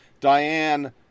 Diane